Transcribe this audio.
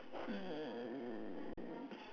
hmm